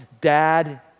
Dad